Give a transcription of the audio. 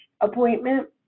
appointment